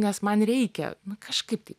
nes man reikia kažkaip tai